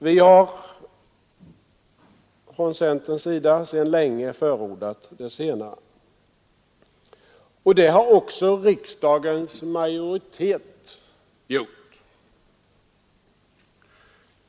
Vi har från centerns sida länge förordat det senare. Det har också riksdagens majoritet gjort.